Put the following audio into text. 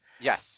Yes